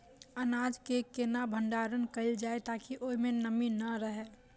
अनाज केँ केना भण्डारण कैल जाए ताकि ओई मै नमी नै रहै?